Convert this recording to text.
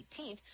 18th